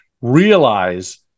realize